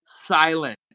silent